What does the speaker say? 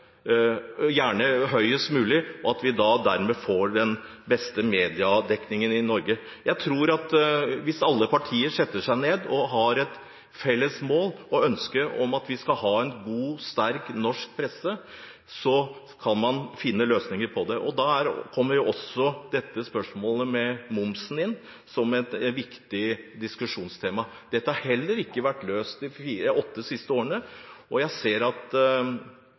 gjerne høyest mulig, og at vi da får den beste mediedekningen i Norge. Jeg tror at hvis alle partier setter seg ned og har et felles mål og ønske om at vi skal ha en god og sterk norsk presse, så kan man finne løsninger på det. Da kommer også spørsmålet om momsen inn som et viktig diskusjonstema. Dette har heller ikke vært løst de åtte siste årene. Jeg ser at